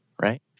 right